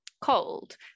cold